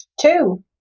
Two